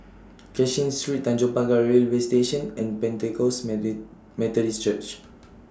Cashin Street Tanjong Pagar Railway Station and Pentecost medic Methodist Church